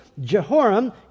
Jehoram